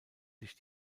sich